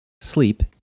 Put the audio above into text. sleep